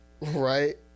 right